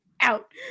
out